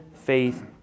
faith